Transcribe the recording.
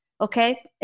Okay